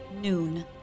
Noon